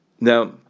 Now